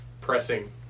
pressing